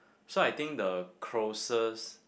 so I think the closest